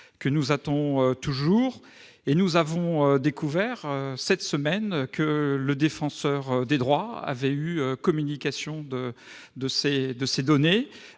que nous attendons toujours. Or nous avons découvert cette semaine que le Défenseur des droits avait eu communication de ces données